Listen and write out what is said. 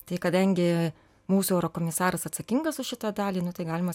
tai kadangi mūsų eurokomisaras atsakingas už šitą dalį nu tai galima